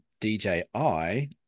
DJI